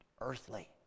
earthly